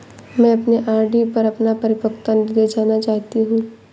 मैं अपने आर.डी पर अपना परिपक्वता निर्देश जानना चाहती हूँ